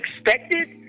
expected